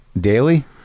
daily